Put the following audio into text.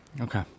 Okay